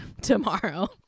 tomorrow